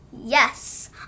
Yes